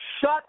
shut